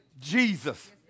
Jesus